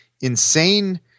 insane